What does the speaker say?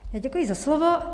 Děkuji za slovo.